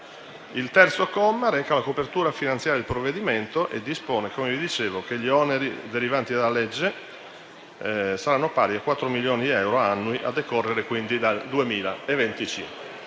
il terzo comma reca la copertura finanziaria del provvedimento e dispone, come dicevo, che gli oneri derivanti dalla legge saranno pari a 4 milioni di euro annui a decorrere dal 2025.